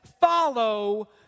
follow